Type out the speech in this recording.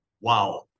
Wow